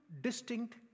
distinct